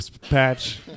Patch